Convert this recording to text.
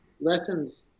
lessons